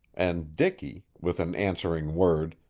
and dicky, with an answering word,